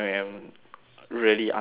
really unsure